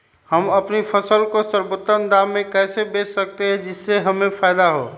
हम अपनी फसल को सर्वोत्तम दाम में कैसे बेच सकते हैं जिससे हमें फायदा हो?